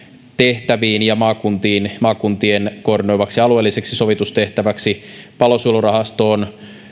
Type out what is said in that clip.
tehtäviin ja maakuntien koordinoimaksi alueelliseksi sovitustehtäväksi palosuojelurahastoon